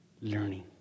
learning